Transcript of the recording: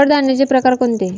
कडधान्याचे प्रकार कोणते?